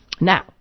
Now